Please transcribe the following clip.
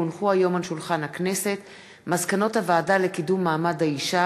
כי הונחו היום על שולחן הכנסת מסקנות הוועדה לקידום מעמד האישה